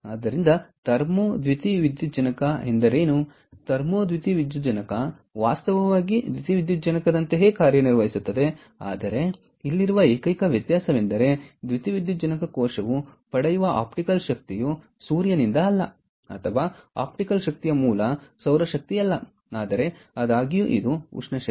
ಆದ್ದರಿಂದ ಥರ್ಮೋ ದ್ಯುತಿವಿದ್ಯುಜ್ಜನಕ ಎಂದರೇನು ಥರ್ಮೋ ದ್ಯುತಿವಿದ್ಯುಜ್ಜನಕ ವಾಸ್ತವವಾಗಿ ದ್ಯುತಿವಿದ್ಯುಜ್ಜನಕದಂತೆಯೇ ಕಾರ್ಯನಿರ್ವಹಿಸುತ್ತದೆ ಆದರೆ ಇಲ್ಲಿರುವ ಏಕೈಕ ವ್ಯತ್ಯಾಸವೆಂದರೆ ದ್ಯುತಿವಿದ್ಯುಜ್ಜನಕ ಕೋಶವು ಪಡೆಯುವ ಆಪ್ಟಿಕಲ್ ಶಕ್ತಿಯು ಸೂರ್ಯನಿಂದ ಅಲ್ಲ ಅಥವಾ ಆಪ್ಟಿಕಲ್ ಶಕ್ತಿಯ ಮೂಲ ಸೌರಶಕ್ತಿಯಲ್ಲ ಆದರೆ ಆದಾಗ್ಯೂ ಇದು ಉಷ್ಣ ಶಕ್ತಿ ಆಗಿದೆ